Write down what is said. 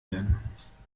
werden